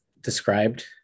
described